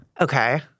okay